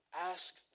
ask